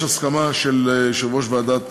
יש הסכמה של יושב-ראש ועדת